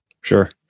Sure